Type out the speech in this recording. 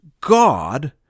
God